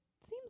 seems